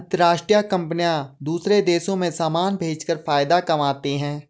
अंतरराष्ट्रीय कंपनियां दूसरे देशों में समान भेजकर फायदा कमाती हैं